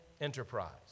enterprise